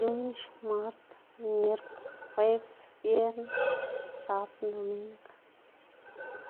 Lunx, mart, mierk, juebs, biern, sabd, ndoming.